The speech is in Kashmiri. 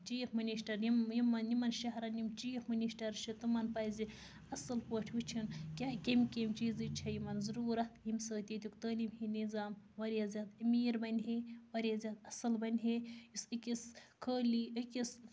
چیٖف مٔنِشٹَر یِمَن شہرَن یِم چیٖف مٔنِشٹَر چھِ تمَن پَزِ اَصٕل پٲٹھۍ وٕچھان کیٛاہ کٔمۍ کٔمۍ چیٖزٕچ چھےٚ یِمَن ضروٗرت ییٚمہِ سۭتۍ ییٚتیُک تعلیٖمی نِظام واریاہ زیادٕ أمیٖر بَنہِ ہے واریاہ زیادٕ اَصٕل بَنہِ ہے یُس أکِس خٲلی أکِس